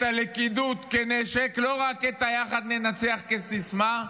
את הלכידות כנשק, לא רק את היחד ננצח כסיסמה,